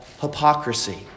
hypocrisy